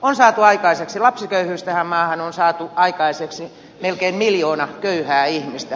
on saatu aikaiseksi lapsiköyhyys tähän maahan on saatu aikaiseksi melkein miljoona köyhää ihmistä